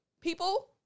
people